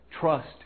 trust